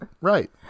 Right